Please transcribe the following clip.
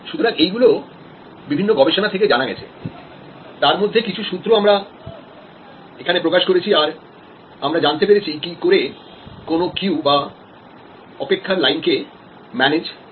সুতরাং এগুলো বিভিন্ন গবেষণা থেকে জানা গেছে তার মধ্যে কিছু সূত্র আমরা এখানে প্রকাশ করেছি আর আমরা জানতে পেরেছি কি করে কোন কিউ কে ম্যানেজ করতে হয়